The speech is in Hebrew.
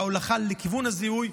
בהולכה לכיוון הזיהוי,